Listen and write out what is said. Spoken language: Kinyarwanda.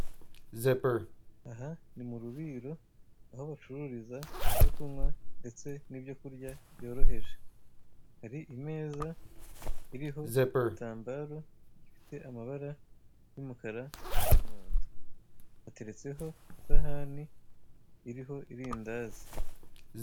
Aha ni mu ruriro, aho bacururiza ibyo kunywa ndetse n'ibyo kurya byoroheje. Hari imeza iriho igitambaro gifite amabara y'umukara n'umuhondo. Hateretseho isahani iriho irindazi.